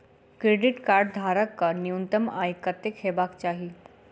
Credit card धारक कऽ न्यूनतम आय कत्तेक हेबाक चाहि?